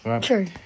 True